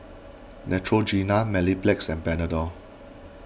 Neutrogena Mepilex and Panadol